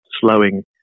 slowing